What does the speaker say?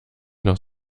noch